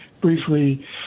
briefly